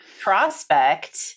prospect